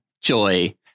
Joy